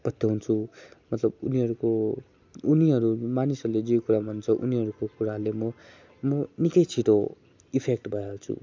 पत्त्याउँछु मतलब उनीहरूको उनीहरू मानिसहरूले जे कुरा भन्छ उनीहरूको कुराले म म निकै छिटो इफेक्ट भइहाल्छु